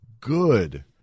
good